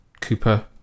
Cooper